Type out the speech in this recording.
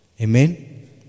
Amen